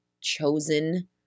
chosen